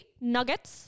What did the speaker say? nuggets